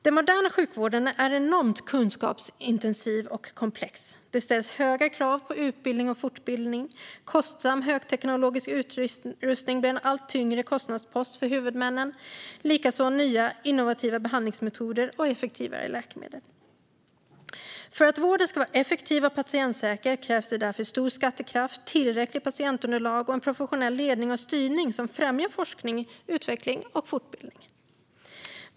Den moderna sjukvården är enormt kunskapsintensiv och komplex. Det ställs höga krav på utbildning och fortbildning. Kostsam högteknologisk utrustning blir en allt tyngre kostnadspost för huvudmännen, liksom nya innovativa behandlingsmetoder och effektivare läkemedel. För att vården ska vara effektiv och patientsäker krävs därför stor skattekraft, tillräckligt patientunderlag och en professionell ledning och styrning som främjar forskning, utveckling och fortbildning.